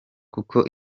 kuko